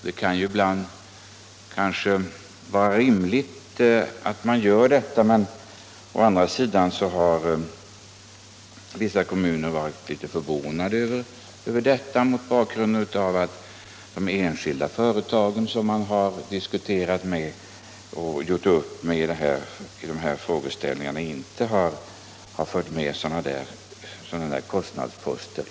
Det kan kanske ibland vara rimligt, men å andra sidan har man i vissa kommuner varit förvånad över detta, mot bakgrund av att de enskilda trafikföretag som man har diskuterat sådana frågeställningar med inte har tagit upp sådana kostnadsposter.